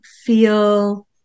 feel